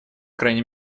крайней